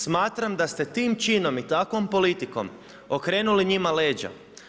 Smatram da ste tim činom i takvom politikom okrenuli njima leđa.